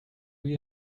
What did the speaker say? you